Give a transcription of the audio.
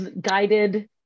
guided